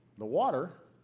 the water,